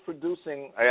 producing